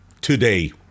today